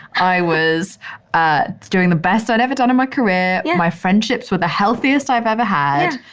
i was ah doing the best i'd ever done in my career. my friendships were the healthiest i've ever had.